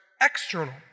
external